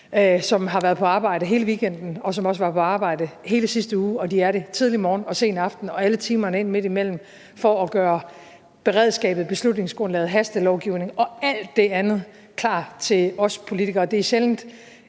som har været på arbejde hele weekenden, og som også var på arbejde hele sidste uge, og de er det tidlig morgen og sen aften og alle timerne midtimellem for at gøre beredskabet, beslutningsgrundlaget, hastelovgivningen og alt det andet klar til os politikere. Og det er sjældent,